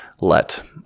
let